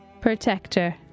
protector